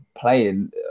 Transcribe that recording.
playing